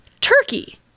turkey